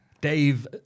Dave